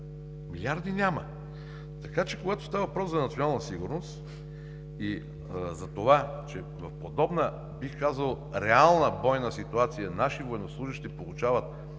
Милиарди няма! Така че, когато става въпрос за национална сигурност и за това, че в подобна, бих казал, реална, бойна ситуация наши военнослужещи получават